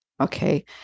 Okay